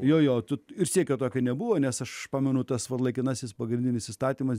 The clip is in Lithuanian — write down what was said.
jo tad ir siekia tokio nebuvo nes aš pamenu tas vat laikinasis pagrindinis įstatymas